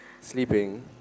sleeping